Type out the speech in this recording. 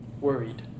worried